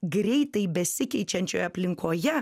greitai besikeičiančioje aplinkoje